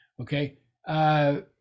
Okay